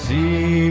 See